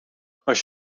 als